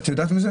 ידעת על זה?